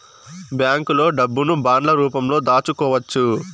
బ్యాంకులో డబ్బును బాండ్ల రూపంలో దాచుకోవచ్చు